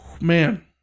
Man